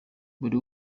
buri